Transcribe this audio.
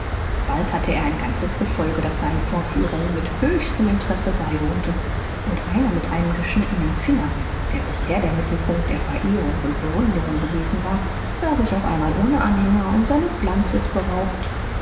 bald hatte er ein ganzes gefolge das seinen vorführungen mit höchstem interesse beiwohnte und einer mit einem geschnittenen finger der bisher der mittelpunkt der verehrung und bewunderung gewesen war sah sich auf einmal ohne anhänger und seines glanzes beraubt